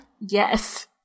yes